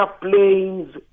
planes